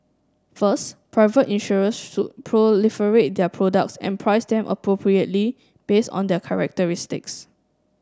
first private insurers should proliferate their products and price them appropriately based on their characteristics